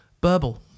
Burble